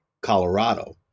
Colorado